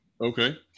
Okay